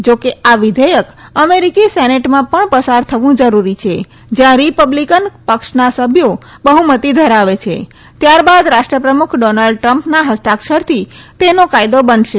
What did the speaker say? જાકે આ વિધેયક અમેરિકી સેનેટમાં ણ સાર થવું જરૂરી છે જ્યાં રિ બ્લિકન ક્ષના સભ્યો બહ્મતી ધરાવે છે ત્યારબાદ રાષ્ટ્રપ્રમુખ ડોનાલ્ડ ટ્રમા ના ફસ્તાક્ષરથી તેનો કાયદો બનશે